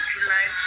July